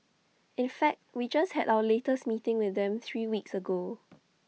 in fact we just had our latest meeting with them three weeks ago